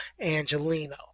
Angelino